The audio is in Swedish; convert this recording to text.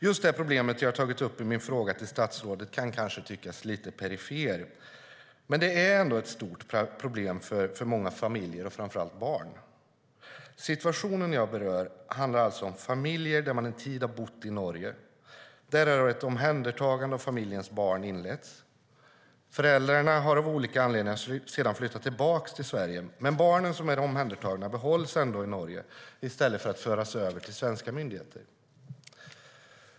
Just det problem som jag har tagit upp i min fråga till statsrådet kan kanske tyckas lite perifert, men det är ett stort problem för många familjer och framför allt barn. Situationen jag berör handlar om familjer som bott en tid i Norge där ett omhändertagande av familjens barn har inletts. Föräldrarna har sedan av olika anledningar flyttat tillbaka till Sverige, men de omhändertagna barnen behålls i Norge i stället för att föras över till svenska myndigheter.